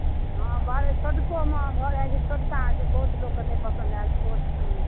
हँ बड़ छोटकोमे भऽ जाइत छै छोटका बहुत लोककेँ पसन्द नहि आयल छोट